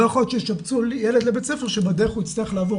לא יכול להיות שישבצו ילד לבית ספר כשבדרך הוא יצטרך לעבור